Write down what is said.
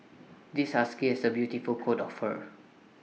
this husky has A beautiful coat of fur